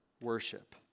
worship